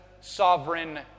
sovereign